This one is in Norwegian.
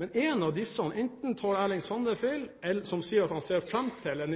Men en av disse tar feil. Enten tar Erling Sande feil, som sier han ser fram til en